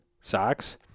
socks